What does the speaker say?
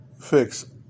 fix